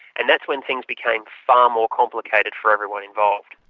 and that's when things became far more complicated for everyone involved.